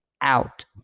out